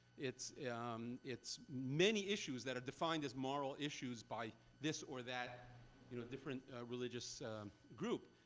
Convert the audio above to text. its um its many issues that are defined as moral issues by this or that you know different religious group.